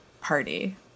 party